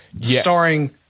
starring